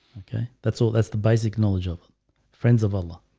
okay, that's all that's the basic knowledge of friends of allah.